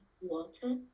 water